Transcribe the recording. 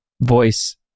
voice